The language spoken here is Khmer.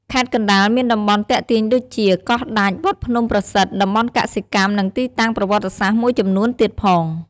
ខេត្តកណ្ដាលមានតំបន់ទាក់ទាញដូចជា កោះដាច់ វត្តភ្នំប្រសិទ្ធ តំបន់កសិកម្ម និងទីតាំងប្រវត្តិសាស្រ្ដមួយចំនួនទៀតផង។